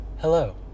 Hello